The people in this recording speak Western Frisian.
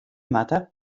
moatte